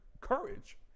courage